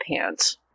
pants